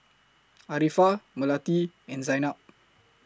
Arifa Melati and Zaynab